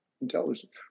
intelligence